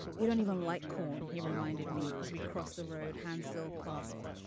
you don't even like corn. he reminded me as we crossed the road. hands still clasped.